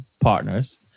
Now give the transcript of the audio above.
partners